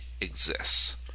exists